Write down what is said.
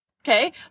okay